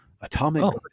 atomic